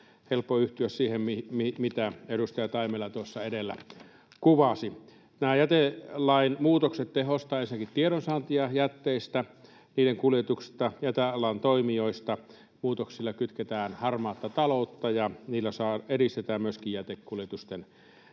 Helppo yhtyä siihen, mitä edustaja Taimela tuossa edellä kuvasi. Nämä jätelain muutokset tehostavat ensinnäkin tiedonsaantia jätteistä, niiden kuljetuksesta, jätealan toimijoista, muutoksilla kitketään harmaata taloutta ja niillä edistetään myöskin jätekuljetusten